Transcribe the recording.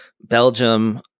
Belgium